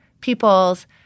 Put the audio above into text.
people's